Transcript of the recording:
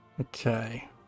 Okay